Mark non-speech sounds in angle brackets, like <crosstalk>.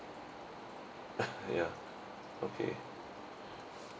<laughs> ya okay